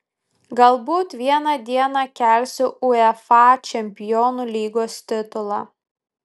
galbūt vieną dieną kelsiu uefa čempionių lygos titulą